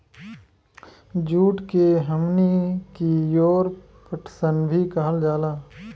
जुट के हमनी कियोर पटसन भी कहल जाला